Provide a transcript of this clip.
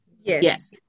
Yes